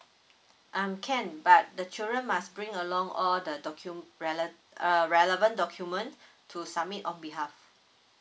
um can but the children must bring along all the docum~ relev~ err relevant document to submit on behalf